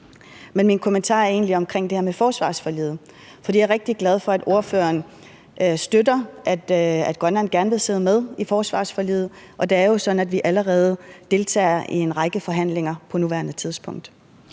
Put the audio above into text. Men min kommentar er egentlig omkring det her med forsvarsforliget, for jeg er rigtig glad for, at ordføreren støtter, at Grønland gerne vil sidde med i forsvarsforliget, og det er jo sådan, at vi allerede deltager i en række forhandlinger på nuværende tidspunkt.